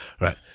right